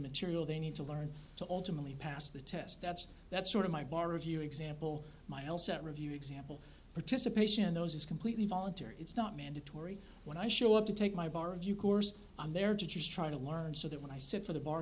material they need to learn to ultimately pass the test that's that's sort of my bar review example my all set review example participation in those is completely voluntary it's not mandatory when i show up to take my bar of you course on their teachers try to learn so that when i sit for the bar